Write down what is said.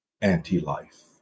anti-life